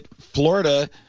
Florida